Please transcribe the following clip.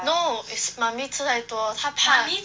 no it's mummy 吃太多她怕